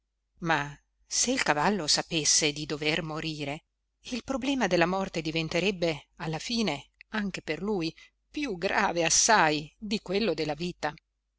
ma se il cavallo sapesse di dover morire il problema della morte diventerebbe alla fine anche per lui più grave assai di quello della vita